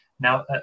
Now